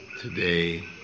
Today